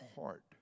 heart